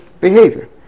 behavior